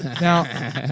Now